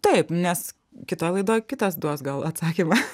taip nes kitoj laidoj kitas duos gal atsakymą